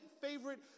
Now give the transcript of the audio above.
favorite